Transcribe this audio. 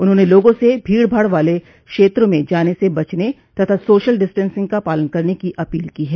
उन्होंन लोगों से भीड़ भाड़ वाले क्षेत्रों में जाने से बचने तथा सोशल डिस्टेंसिंग का पालन करने की अपील की है